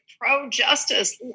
pro-justice